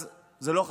אז זה לא חשוב.